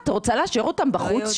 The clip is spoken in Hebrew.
את רוצה להשאיר אותם בחוץ?